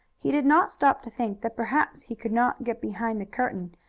he did not stop to think that perhaps he could not get behind the curtain,